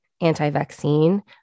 anti-vaccine